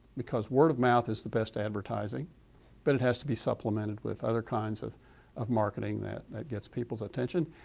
because word of mouth is the best advertising but it has to be supplemented with other kinds of of marketing that that gets people's attention,